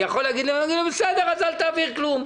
אני יכול להגיד, בסדר, אז אל תעביר כלום.